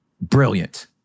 Brilliant